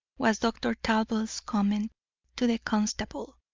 was dr. talbot's comment to the constable.